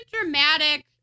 dramatic